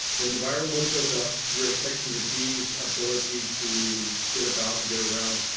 when the viral load goes up you're affecting your bees? ability to get about, and get around,